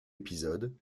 épisode